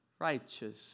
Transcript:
righteous